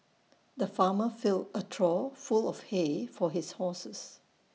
the farmer filled A trough full of hay for his horses